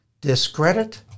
discredit